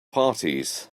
parties